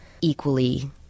equally